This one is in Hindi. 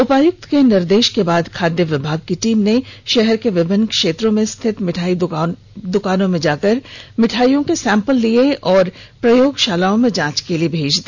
उपायुक्त के निर्देश के बाद खाद्य विभाग की टीम ने शहर के विभिन्न क्षेत्रों में स्थित मिठाई दुकानों में जाकर मिठाईयों के सैंपल लिये और प्रयोगशाला में जांच के लिए भेज दिया